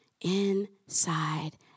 Inside